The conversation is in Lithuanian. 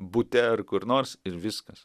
bute ar kur nors ir viskas